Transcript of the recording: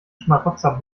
schmarotzer